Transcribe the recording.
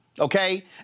Okay